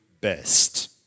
best